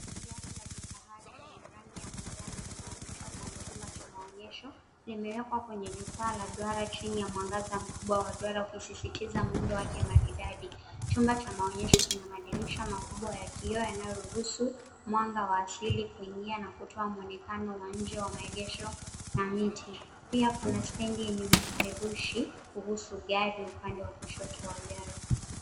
Gari la kifahari yenye rangi ya manjano inaonyeshwa kwenye chumba cha maonyesho. Yamewekwa kwenye vifaa la duara chini ya mwangaza mkubwa wa duara ikisisitiza muundo wake maridadi. Chumba cha maonyesho kina madirisha makubwa ya kioo yanayoruhusu mwanga wa asili kuingia na kutoa muonekano wa nje wa maegesho na miti. Pia pana stendi yenye vipeperushi kuhusu gari upande wa kushoto.